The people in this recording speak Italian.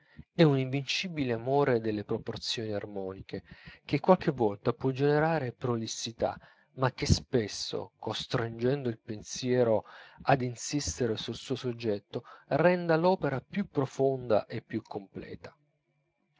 è un invincibile amore delle proporzioni armoniche che qualche volta può generare prolissità ma che spesso costringendo il pensiero ad insistere sul suo soggetto renda l'opera più profonda e più completa